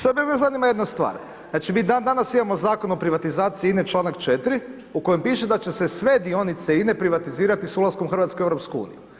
Sad mene zanima jedna stvar, znači mi dan danas imamo Zakon o privatizaciji INE članak 4. u kojem piše da će se sve dionice privatizirati s ulaskom Hrvatske u EU.